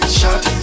shot